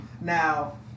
Now